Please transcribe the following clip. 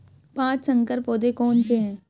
पाँच संकर पौधे कौन से हैं?